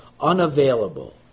unavailable